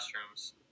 classrooms